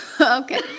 okay